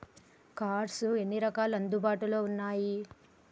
Cards ఎన్ని రకాలు అందుబాటులో ఉన్నయి?